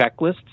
checklists